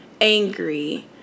angry